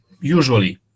usually